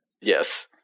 Yes